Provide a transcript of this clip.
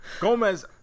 Gomez